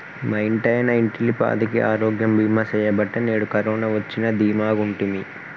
మా ఇంటాయన ఇంటిల్లపాదికి ఆరోగ్య బీమా సెయ్యబట్టే నేడు కరోన వచ్చినా దీమాగుంటిమి